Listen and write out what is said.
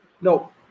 No